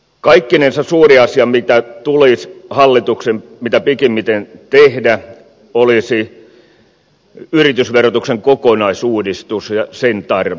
kaikkinensa suuri asia mikä tulisi hallituksen mitä pikimmiten tehdä on yritysverotuksen kokonaisuudistus ja sen tarve